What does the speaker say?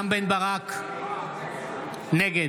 נגד